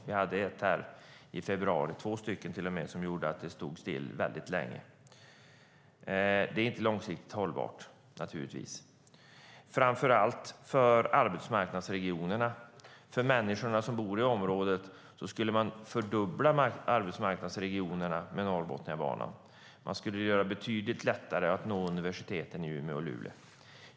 Vi hade två tågurspårningar i februari som gjorde att trafiken stod still väldigt länge. Det är naturligtvis inte långsiktigt hållbart. Framför allt för arbetsmarknadsregionerna och för människorna som bor i området skulle man fördubbla arbetsmarknadsregionerna med Norrbotniabanan. Man skulle göra det betydligt lättare att nå universiteten i Umeå och Luleå.